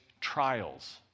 trials